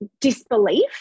disbelief